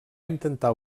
intentar